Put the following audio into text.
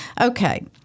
Okay